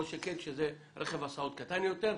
כל שכן כשזה רכב הסעות קטן יותר.